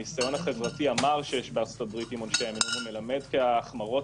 הניסיון החברתי המר שיש בארצות הברית עם עונשי המינימום מלמד כי החמרות